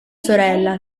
sorella